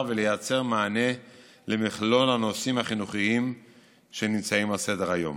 ולייצר מענה למכלול הנושאים החינוכיים שנמצאים על סדר-היום.